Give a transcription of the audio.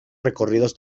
recorridos